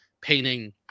painting